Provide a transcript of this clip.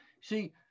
See